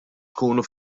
tkunu